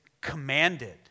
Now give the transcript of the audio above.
commanded